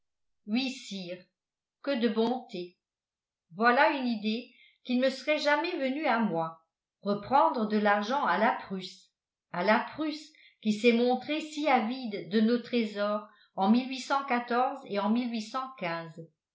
que de bontés voilà une idée qui ne me serait jamais venue à moi reprendre de l'argent à la prusse à la prusse qui s'est montrée si avide de nos trésors en et en